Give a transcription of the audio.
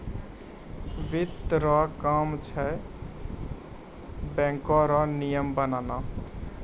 वित्त रो काम छै बैको रो नियम बनाना